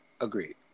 Agreed